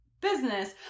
business